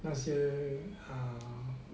那些 err